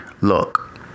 look